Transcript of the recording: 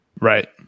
right